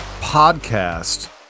podcast